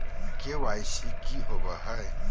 KYC की हॉबे हय?